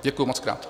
Děkuji mockrát.